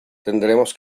tendremos